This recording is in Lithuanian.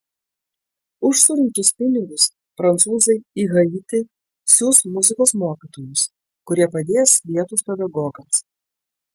už surinktus pinigus prancūzai į haitį siųs muzikos mokytojus kurie padės vietos pedagogams